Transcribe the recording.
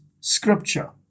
scripture